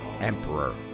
Emperor